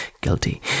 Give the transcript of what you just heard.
guilty